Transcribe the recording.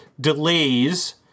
delays